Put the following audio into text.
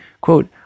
quote